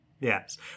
yes